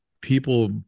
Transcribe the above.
people